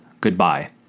goodbye